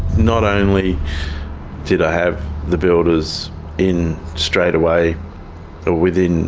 not only did i have the builders in straight away within